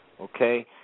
okay